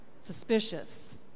suspicious